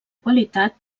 qualitat